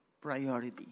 priority